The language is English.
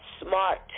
SMART